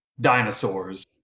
dinosaurs